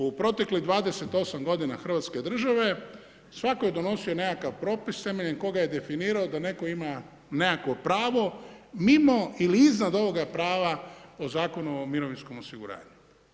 U proteklih 28 godina Hrvatske države svatko je donosio neki propis temeljem kojeg je definirao da netko ima nekakvo pravo mimo ili iznad onoga prava o Zakonu o mirovinskom osiguranju.